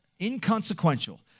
inconsequential